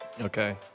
Okay